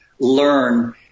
learn